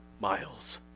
miles